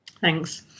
Thanks